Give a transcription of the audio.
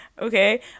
okay